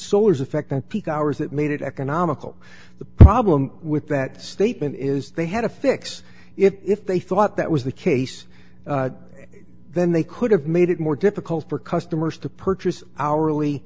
solar's effect that peak hours that made it economical the problem with that statement is they had a fix if they thought that was the case then they could have made it more difficult for customers to purchase hourly